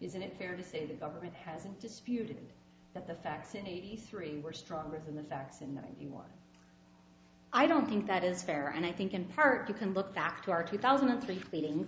isn't it fair to say the government hasn't disputed that the facts in eighty three were stronger than the facts in the one i don't think that is fair and i think in part you can look back to our two thousand and three meetings